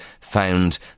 found